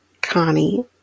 connie